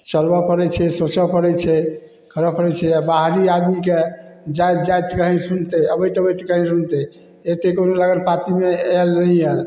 चलबऽ पड़ै छै सोचऽ पड़ै छै करऽ पड़ै छै आ बाहरी आदमीके जाइत जाइत कही सुनतै अबैत अबैत कहीं सुनतै एतेक पाँतिमे आयल नहि आयल